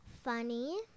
Funny